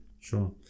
sure